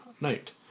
night